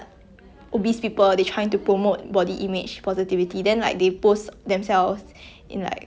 like they trying to embrace their their weight their figure ya